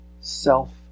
self